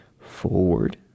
forward